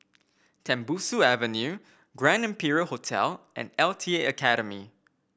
Tembusu Avenue Grand Imperial Hotel and L T A Academy